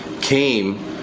came